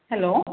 hello